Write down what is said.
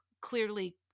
clearly